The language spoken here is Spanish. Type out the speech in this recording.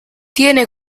tiene